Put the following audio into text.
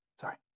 sorry